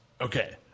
Okay